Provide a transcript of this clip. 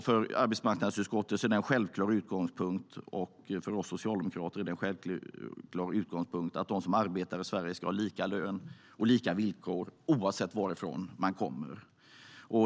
För arbetsmarknadsutskottet och för oss socialdemokrater är det en självklar utgångspunkt att de som arbetar i Sverige ska ha lika lön och lika villkor, oavsett varifrån de kommer.